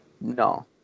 No